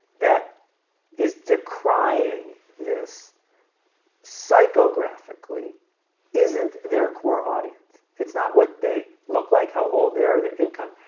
that is decrying this psychographically isn't their core audience. it's not what they look like. how old they are their income?